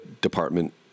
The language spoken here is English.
department